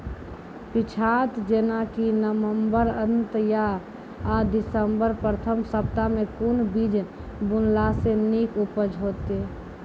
पीछात जेनाकि नवम्बर अंत आ दिसम्बर प्रथम सप्ताह मे कून बीज बुनलास नीक उपज हेते?